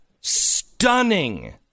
stunning